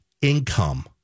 income